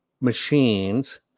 machines